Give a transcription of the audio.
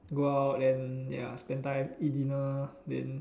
go out then ya spend time eat dinner then